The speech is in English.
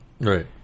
Right